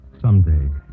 Someday